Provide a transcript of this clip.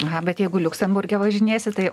aha bet jeigu liuksemburge važinėsi tai